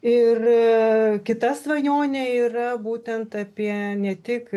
ir kita svajonė yra būtent apie ne tik